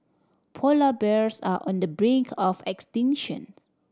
polar bears are on the brink of extinction